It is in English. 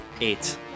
Eight